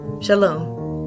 Shalom